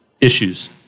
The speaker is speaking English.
issues